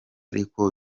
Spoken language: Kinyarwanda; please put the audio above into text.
ariko